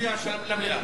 אני ביקשתי למליאה.